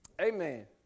Amen